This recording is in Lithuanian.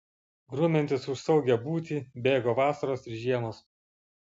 grumiantis už saugią būtį bėgo vasaros ir žiemos